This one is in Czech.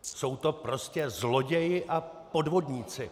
Jsou to prostě zloději a podvodníci.